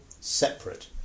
separate